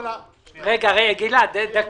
אי אפשר לרדת יותר מאשר אנחנו הגענו.